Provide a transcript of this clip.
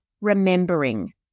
remembering